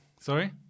Sorry